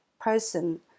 person